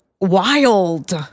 wild